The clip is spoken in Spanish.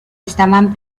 estaban